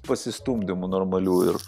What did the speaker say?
pasistumdymų normalių ir